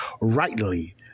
rightly